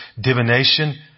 divination